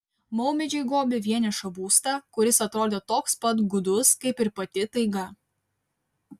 maumedžiai gobė vienišą būstą kuris atrodė toks pat gūdus kaip ir pati taiga